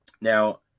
Now